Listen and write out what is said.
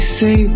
say